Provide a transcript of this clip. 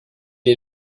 est